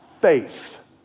faith